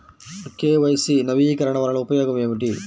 KYC నవీకరణ వలన ఉపయోగం ఏమిటీ?